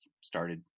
started